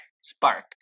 spark